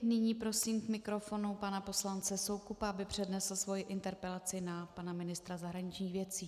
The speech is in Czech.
Nyní prosím k mikrofonu pana poslance Soukupa, aby přednesl svoji interpelaci na pana ministra zahraničních věcí.